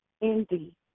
indeed